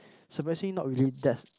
surprisingly not really that's